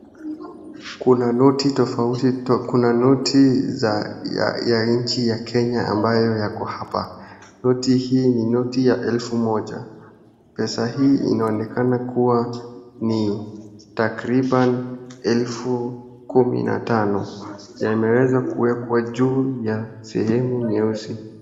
Kuna noti tofauti, kuna noti za Kenya ambayo yako hapa. Noti hii ni noti ya elfu moja, pesa hii inaonekana kuwa ni takribani elfu kumi na tano, imeweza kuwekwa kwa juu ya sehemu nyeusi.